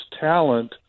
talent